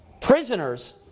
prisoners